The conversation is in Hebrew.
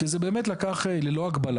כי זה באמת לקח ללא הגבלה,